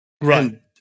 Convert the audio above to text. Right